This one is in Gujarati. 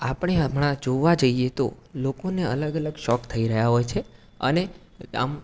આપણે આપણા જોવા જઈએ તો લોકોને અલગ અલગ શોખ થઈ રહ્યા હોય છે અને આમ